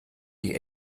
die